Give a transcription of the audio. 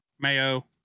mayo